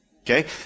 Okay